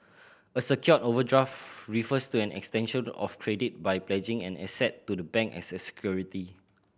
a secured overdraft refers to an extension of credit by pledging an asset to the bank as security